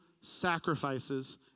sacrifices